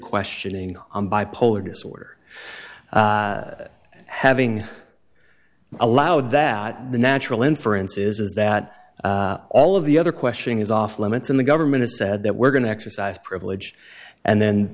questioning on bipolar disorder having allowed that the natural inference is that all of the other question is off limits and the government has said that we're going to exercise privilege and then